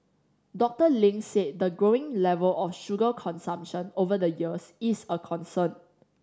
Doctor Ling said the growing level of sugar consumption over the years is a concern